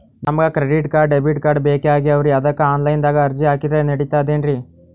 ನಮಗ credit card, debit card ಬೇಕಾಗ್ಯಾವ್ರೀ ಅದಕ್ಕ ಆನಲೈನದಾಗ ಅರ್ಜಿ ಹಾಕಿದ್ರ ನಡಿತದೇನ್ರಿ?